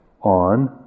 on